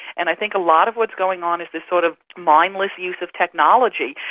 and i think a lot of what is going on is this sort of mindless use of technology.